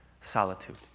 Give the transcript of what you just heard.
solitude